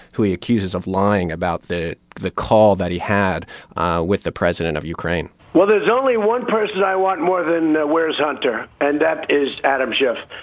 who he accuses of lying about the the call that he had with the president of ukraine well, there's only one person i want more than where's hunter? and that is adam schiff.